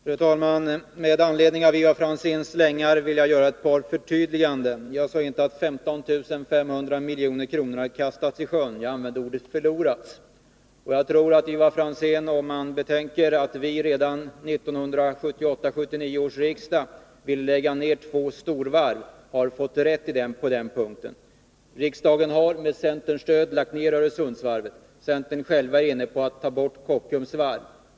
Fru talman! Med anledning av Ivar Franzéns slängar vill jag göra ett par förtydliganden. Jag sade inte att 15 500 milj.kr. hade kastats i sjön. Jag använde ordet ”förlorats”. Och jag sade att vi, om Ivar Franzén betänker att vi redan vid 1978/79 års riksdag ville lägga ner två storvarv, har fått rätt på den punkten. Riksdagen har med centerns stöd lagt ner Öresundsvarvet. Centern är nu inne på att ta bort Kockums Varv.